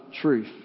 truth